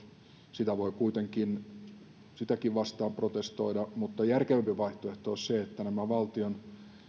vastaan voi kuitenkin protestoida mutta järkevämpi vaihtoehto olisi se että valtion